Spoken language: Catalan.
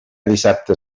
dissabte